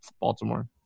Baltimore